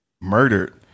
murdered